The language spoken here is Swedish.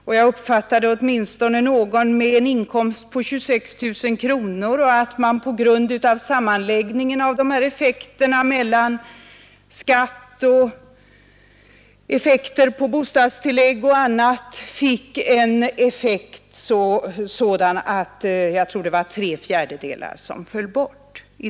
Som jag uppfattade det fick en person med en inkomst på 26 000 kronor på grund av sammanläggningen av effekterna mellan skatt och bostadstillägg och annat en marginaleffekt på 75 procent av inkomster därutöver.